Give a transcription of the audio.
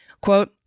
Quote